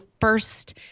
first